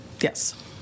yes